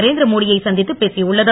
நரேந்திரமோடி யை சந்தித்து பேசியுள்ளது